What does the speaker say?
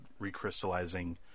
recrystallizing